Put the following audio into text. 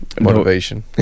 Motivation